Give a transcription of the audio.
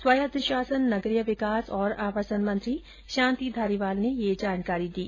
स्वायत्त शासन नगरीय विकास और आवासन मंत्री शांति धारीवाल ने ये जानकारी दी